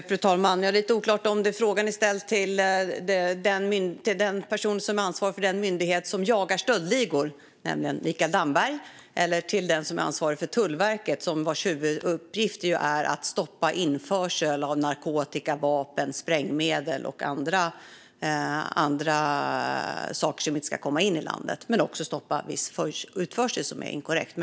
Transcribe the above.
Fru talman! Det är lite oklart om frågan är ställd till den person som ansvarar för den myndighet som jagar stöldligor, nämligen Mikael Damberg, eller till den som är ansvarig för Tullverket, vars huvuduppgift det är att stoppa införsel av narkotika, vapen, sprängmedel och andra saker som inte ska komma in i landet men som också har i uppgift att stoppa viss utförsel som är inkorrekt.